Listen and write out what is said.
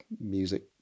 music